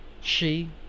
She